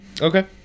Okay